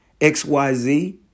XYZ